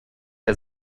der